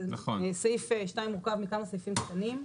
סעיף 2 מורכב מכמה סעיפים קטנים,